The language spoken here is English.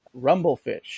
Rumblefish